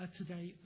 today